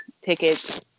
tickets